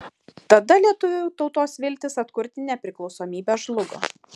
tada lietuvių tautos viltys atkurti nepriklausomybę žlugo